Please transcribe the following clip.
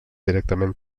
directament